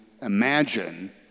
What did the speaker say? imagine